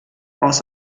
außer